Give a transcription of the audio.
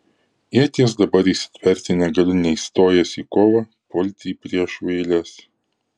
ieties dabar įsitverti negaliu nei stojęs į kovą pulti į priešų eiles